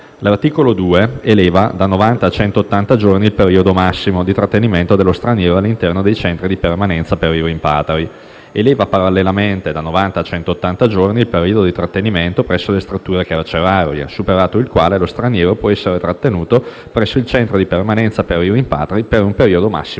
L'articolo 2 eleva da novanta a centottanta giorni il periodo massimo di trattenimento dello straniero all'interno dei centri di permanenza per i rimpatri. Eleva parallelamente da novanta a centottanta giorni il periodo di trattenimento presso le strutture carcerarie, superato il quale lo straniero può essere trattenuto presso il centro di permanenza per i rimpatri per un periodo massimo di trenta